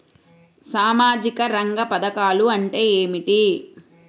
సామాజిక రంగ పధకాలు అంటే ఏమిటీ?